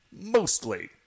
Mostly